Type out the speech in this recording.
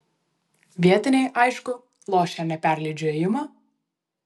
vietiniai aišku lošia ne perleidžiu ėjimą